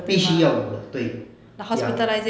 必须要有的对 ya